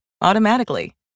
automatically